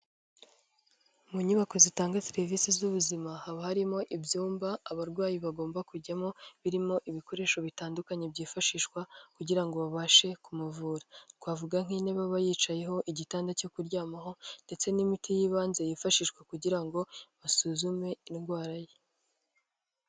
Mu nyubako zitanga serivisi z'ubuzima, haba harimo ibyumba abarwayi bagomba kujyamo, birimo ibikoresho bitandukanye byifashishwa kugira ngo babashe kumuvura, twavuga nk'intebe aba yicayeho, igitanda cyo kuryamaho ndetse n'imiti y'ibanze yifashishwa kugira ngo basuzume indwara ye.